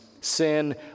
Sin